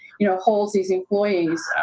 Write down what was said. you know, holds these employees,